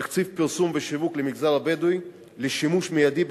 תקציב פרסום ושיווק למגזר הבדואי לשימוש מיידי,